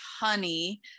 honey